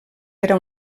era